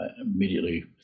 Immediately